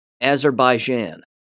Azerbaijan